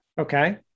Okay